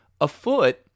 afoot